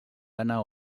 gana